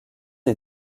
est